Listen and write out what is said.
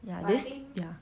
ya this ya